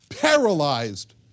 paralyzed